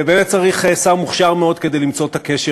ובאמת צריך שר מוכשר מאוד כדי למצוא את הקשר,